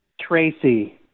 Tracy